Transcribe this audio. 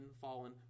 fallen